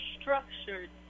structured